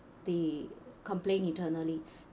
the complaint internally